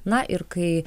na ir kai